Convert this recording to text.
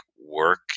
work